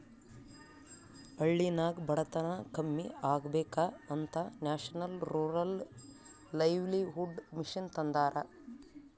ಹಳ್ಳಿನಾಗ್ ಬಡತನ ಕಮ್ಮಿ ಆಗ್ಬೇಕ ಅಂತ ನ್ಯಾಷನಲ್ ರೂರಲ್ ಲೈವ್ಲಿಹುಡ್ ಮಿಷನ್ ತಂದಾರ